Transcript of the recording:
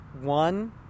one